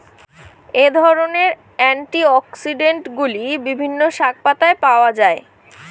এই ধরনের অ্যান্টিঅক্সিড্যান্টগুলি বিভিন্ন শাকপাতায় পাওয়া য়ায়